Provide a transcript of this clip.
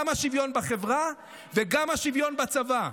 גם השוויון בחברה וגם השוויון בצבא.